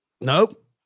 Nope